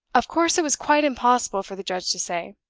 of course it was quite impossible for the judge to say.